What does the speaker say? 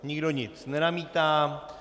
Nikdo nic nenamítá.